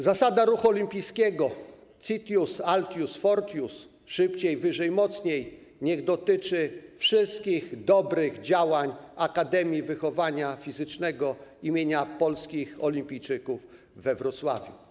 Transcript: Zasada ruchu olimpijskiego Citius-Altius-Fortius - szybciej, wyżej, mocniej, niech dotyczy wszystkich dobrych działań Akademii Wychowania Fizycznego im. Polskich Olimpijczyków we Wrocławiu.